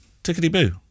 tickety-boo